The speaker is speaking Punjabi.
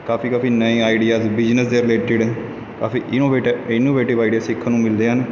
ਕਾਫ਼ੀ ਕਾਫ਼ੀ ਨਏ ਆਈਡੀਆਸ ਬਿਜ਼ਨਸ ਦੇ ਰਿਲੇਟਿਡ ਕਾਫ਼ੀ ਈਨੋਵੇਟ ਇਨੋਵੇਟਿਵ ਆਈਡੀਆ ਸਿੱਖਣ ਨੂੰ ਮਿਲਦੇ ਹਨ